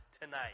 tonight